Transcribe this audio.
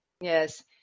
Yes